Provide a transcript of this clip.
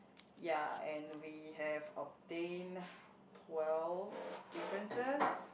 ya and we have obtained twelve differences